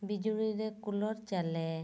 ବିଜୁଳିରେ କୁଲର୍ ଚାଲେ